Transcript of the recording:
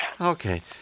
Okay